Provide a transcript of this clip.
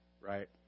right